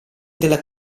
della